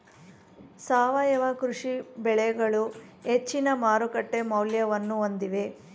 ಸಾವಯವ ಕೃಷಿ ಬೆಳೆಗಳು ಹೆಚ್ಚಿನ ಮಾರುಕಟ್ಟೆ ಮೌಲ್ಯವನ್ನು ಹೊಂದಿವೆ